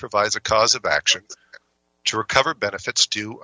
provides a cause of action to recover benefits